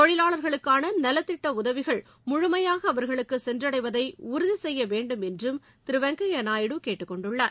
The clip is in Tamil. தொழிலாளா்களுக்கான நலத்திட்ட உதவிகள் முழுமையாக அவா்களுக்கு சென்றடைவதை உறுதிசெய்ய வேண்டும் என்றும் திரு வெங்கய்ய நாயுடு கேட்டுக்கொண்டார்